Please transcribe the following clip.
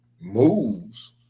moves